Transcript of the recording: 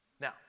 Now